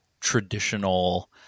traditional